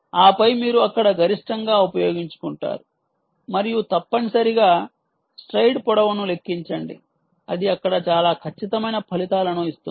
ఆపై మీరు అక్కడ గరిష్టంగా ఉపయోగించుకుంటారు మరియు తప్పనిసరిగా స్ట్రైడ్ పొడవును లెక్కించండి అది అక్కడ చాలా ఖచ్చితమైన ఫలితాలను ఇస్తుంది